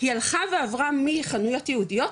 היא הלכה ועברה מחנויות יהודיות,